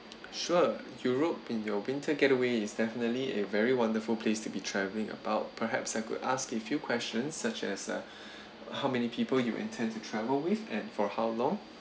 sure europe and your winter getaway is definitely a very wonderful place to be travelling about perhaps I could ask a few questions such as uh how many people you intend to travel with and for how long